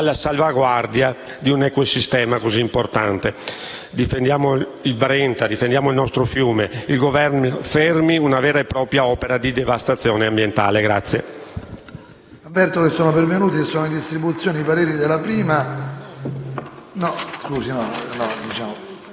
alla salvaguardia di un ecosistema così importante. Difendiamo il Brenta, difendiamo il nostro fiume! Il Governo fermi una vera e propria opera di devastazione ambientale.